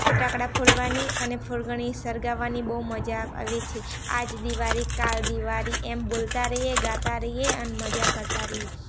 ફટાકડા ફોડવાની અને ફૂલઝડી સળગાવવાની બહુ મજા આવે છે આજ દિવાળી કાલ દિવાળી એમ બોલતાં રહીએ ગાતાં રહીએ અને મજા કરતાં રહીએ